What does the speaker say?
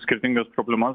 skirtingas problemas